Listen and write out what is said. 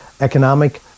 economic